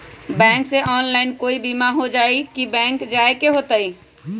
Bank से online कोई बिमा हो जाई कि बैंक जाए के होई त?